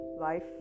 Life